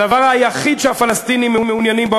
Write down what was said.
הדבר היחיד שהפלסטינים מעוניינים בו,